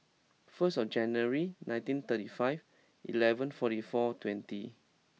first January nineteen thirty five eleven forty four twenty